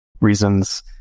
reasons